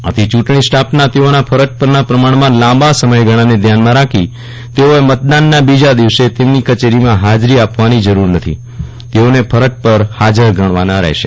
આથી ચ્રૂંટણી સ્ટાફના તેઓના ફરજ પરના પ્રમાણમાં લાંબા સમયગાળાને ધ્યાનમાં રાખી તેઓએ મતદાનના બીજા દિવસે તેમની કચેરીમાં હાજરી આપવાની જરૂર નથી તેઓને ફરજ પર હાજર ગણવાના રહેશે